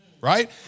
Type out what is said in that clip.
right